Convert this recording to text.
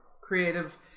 creative